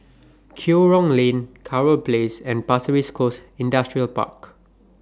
Kerong Lane Kurau Place and Pasir Ris Coast Industrial Park